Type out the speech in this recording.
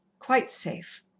quite safe.